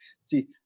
See